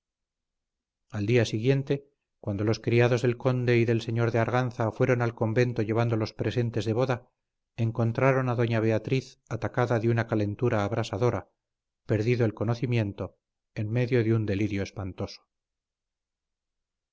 al día siguiente cuando los criados del conde y del señor de arganza fueron al convento llevando los presentes de boda encontraron a doña beatriz atacada de una calentura abrasadora perdido el conocimiento en medio de un delirio espantoso